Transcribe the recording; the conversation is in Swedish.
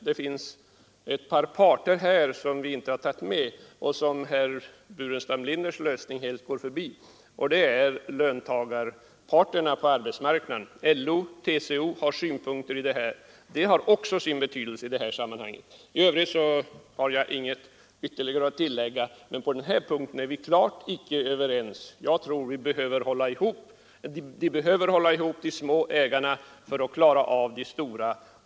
Det finns ett par parter här som vi inte har tagit med och som herr Burenstam Linders lösning helt går förbi: löntagarorganisationerna på arbetsmarknaden, LO och TCO. Dessa organisationer har synpunkter på den här frågan; det har också sin betydelse i sammanhanget. Det är alltså helt klart att vi icke är överens. Jag tror att de små ägarna behöver hålla ihop för att klara av de stora.